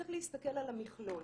צריך להסתכל על המכלול.